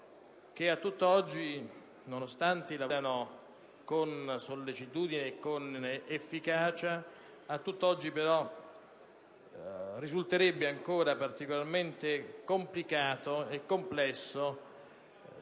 che a tutt'oggi, nonostante i lavori procedano con sollecitudine e con efficacia, risulterebbe ancora particolarmente complicato e complesso